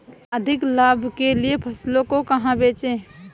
अधिक लाभ के लिए फसलों को कहाँ बेचें?